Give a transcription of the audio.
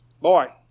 Boy